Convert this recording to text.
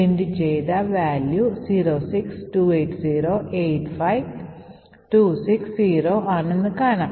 print ചെയ്ത Value 0x28085260 ആണ് എന്ന് കാണാം